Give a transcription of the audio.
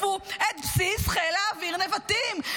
תתקפו את בסיס חיל האוויר נבטים,